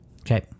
Okay